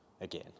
again